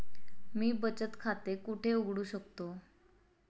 मी बचत खाते कुठे उघडू शकतो?